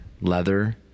leather